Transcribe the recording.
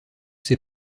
s’est